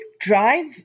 drive